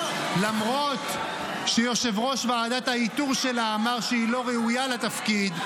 למרות שיושב-ראש ועדת האיתור שלה אמר שהיא לא ראויה לתפקיד.